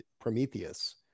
Prometheus